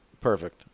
Perfect